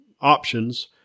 options